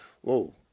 whoa